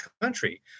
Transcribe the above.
country